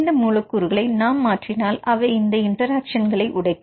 இந்த மூலக்கூறுகளை நாம் மாற்றினால் அவை இந்த இன்டராக்சன் களை உடைக்கும்